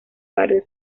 barrio